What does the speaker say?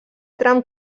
tram